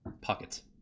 pockets